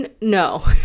no